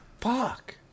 Fuck